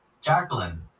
Jacqueline